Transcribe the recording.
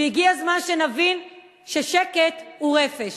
והגיע הזמן שנבין ששקט הוא רפש.